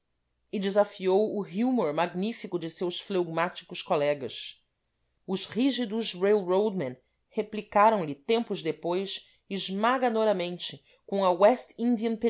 e desafiou o humor magnífico de seus fleugmáticos colegas os rígidos railroadmen replicaram lhe tempos depois esmagadoramente com